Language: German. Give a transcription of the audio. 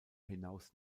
hinaus